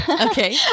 okay